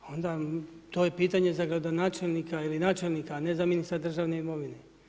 Onda to je pitanje za gradonačelnika ili načelnika, a ne za ministra državne imovine.